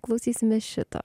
klausysimės šito